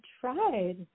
tried